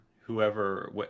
whoever